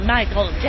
Michael